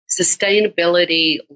sustainability